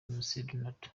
mcdonald